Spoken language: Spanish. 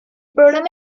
programa